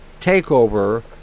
takeover